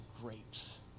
grapes